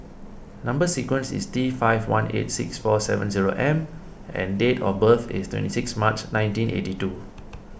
Number Sequence is T five one eight six four seven zero M and date of birth is twenty six March nineteen eighty two